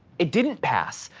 it didn't pass,